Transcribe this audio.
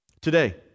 Today